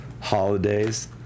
holidays